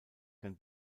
kann